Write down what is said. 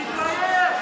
תתבייש.